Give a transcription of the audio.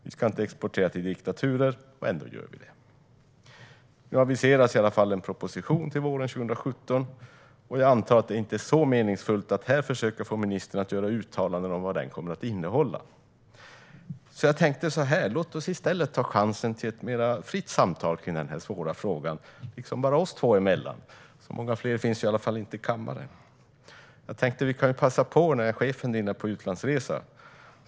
Vi ska inte exportera till diktaturer, och ändå gör vi det. Nu aviseras i alla fall en proposition till våren 2017, och jag antar att det inte är så meningsfullt att här försöka få ministern att göra uttalanden om vad den kommer att innehålla. Låt oss då i stället ta chansen till ett mer fritt samtal kring denna svåra fråga, bara oss två emellan. Så många fler finns ju i alla fall inte i kammaren. Jag tänkte att vi kan passa på när chefen din är på utlandsresa.